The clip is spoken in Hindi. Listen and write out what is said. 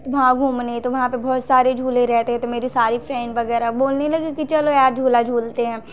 वहाँ घूमने तो वहाँ पर बहुत सारे झूले रहते तो मेरी सारी फ्रेंड वगैरह बोलने लगी कि चलो यार झूला झूलते हैं